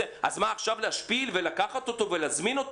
אז עכשיו להשפיל ולקחת אותו ולהזמין אותו